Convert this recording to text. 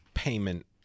payment